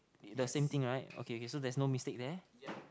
the same thing right okay okay so there's no mistake there